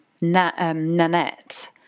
Nanette